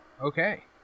Okay